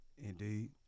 Indeed